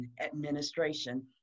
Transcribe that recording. administration